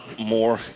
more